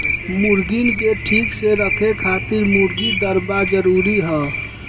मुर्गीन के ठीक से रखे खातिर मुर्गी दरबा जरूरी हअ